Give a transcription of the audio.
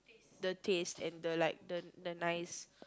the taste and the like the the nice